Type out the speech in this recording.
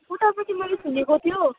उतापट्टि मैले सुनेको थियो